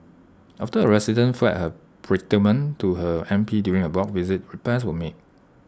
after A resident flagged her predicament to her M P during A block visit repairs were made